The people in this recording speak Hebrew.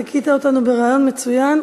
זיכית אותנו ברעיון מצוין.